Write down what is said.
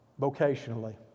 vocationally